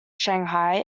shanghai